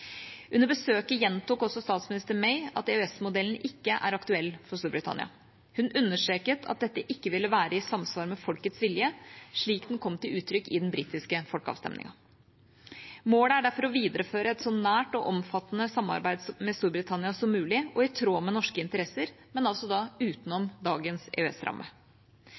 Under besøket gjentok også statsminister May at EØS-modellen ikke er aktuell for Storbritannia. Hun understreket at dette ikke ville være i samsvar med folkets vilje, slik den kom til uttrykk i den britiske folkeavstemningen. Målet er derfor å videreføre et så nært og omfattende samarbeid med Storbritannia som mulig og i tråd med norske interesser, men altså da utenom dagens